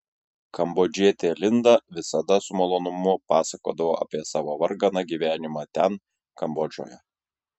kambodžietė linda visada su malonumu pasakodavo apie savo varganą gyvenimą ten kambodžoje